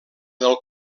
del